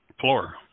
floor